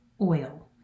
oil